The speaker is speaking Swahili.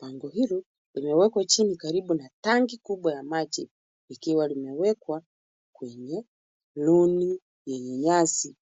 Bango hilo limewekwa chini karibu na tanki kubwa ya maji ikiwa limewekwa kwenye runi yenye nyasi.